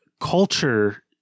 culture